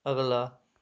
ਅਗਲਾ